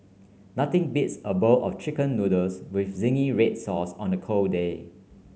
nothing beats a bowl of chicken noodles with zingy red sauce on a cold day